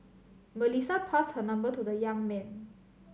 Melissa passed her number to the young man